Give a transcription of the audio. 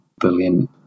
billion